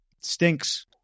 stinks